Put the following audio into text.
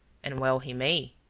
and well he may.